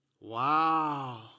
wow